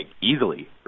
easily